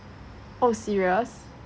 oh serious